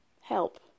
help